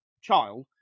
child